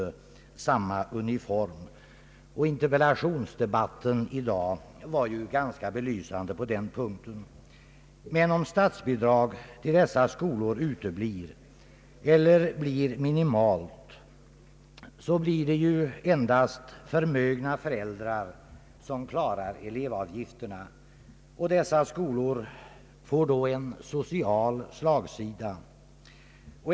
Det skall vara samma uniform! Interpellationsdebatten i dag var ju ganska belysande på den punkten. Men om statsbidrag till dessa skolor uteblir eller blir minimalt så kan ju endast förmögna föräldrar klara elevavgifterna, och dessa skolor får då en social slagsida.